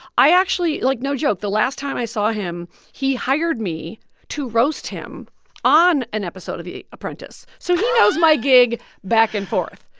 i actually like, no joke. the last time i saw him, he hired me to roast him on an episode of the apprentice. so he knows my gig back and forth.